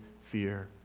fear